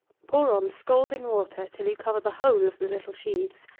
pour on scalding water till you cover the whole of the little sheaves,